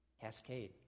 cascade